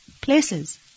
places